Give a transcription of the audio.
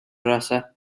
raza